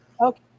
Okay